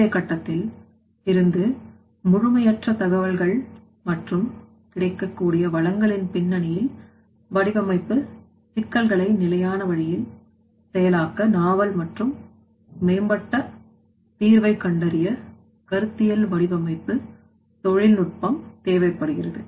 முந்தைய கட்டத்தில் இருந்து முழுமையற்ற தகவல்கள் மற்றும் கிடைக்கக்கூடிய வளங்களின் பின்னணியில் வடிவமைப்பு சிக்கல்களை நிலையான வழியில் செயலாக்க நாவல் மற்றும் மேம்பட்ட தீர்வைகண்டறிய கருத்தியல் வடிவமைப்பு தொழில்நுட்பம் தேவைப்படுகிறது